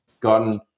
gotten